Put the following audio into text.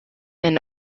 and